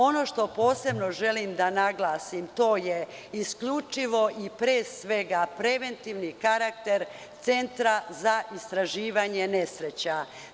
Ono što posebno želim da naglasim, to je isključivo i pre svega preventivni karakter centra za istraživanje nesreća.